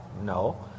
No